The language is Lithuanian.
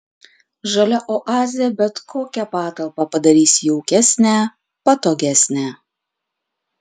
žalia oazė bet kokią patalpą padarys jaukesnę patogesnę